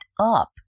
up